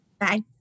Bye